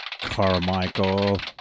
Carmichael